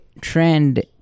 trend